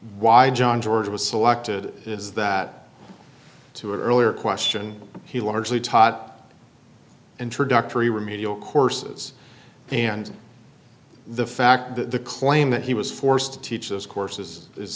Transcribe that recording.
i john george was selected is that to an earlier question he largely taught introductory remedial courses and the fact that the claim that he was forced to teach those courses is